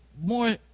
more